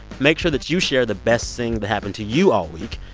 make sure that you share the best thing that happened to you all week.